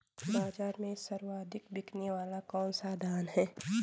बाज़ार में सर्वाधिक बिकने वाला कौनसा धान है?